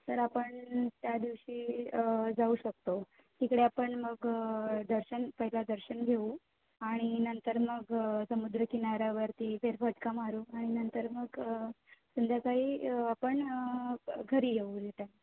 तर आपण त्या दिवशी जाऊ शकतो तिकडे आपण मग दर्शन पहिला दर्शन घेऊ आणि नंतर मग समुद्रकिनाऱ्यावरती फेरफटका मारू आणि नंतर मग संध्याकाळी आपण घरी येऊ रिटन